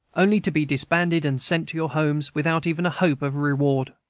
only to be disbanded and sent to your homes, without even a hope of reward.